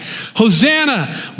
Hosanna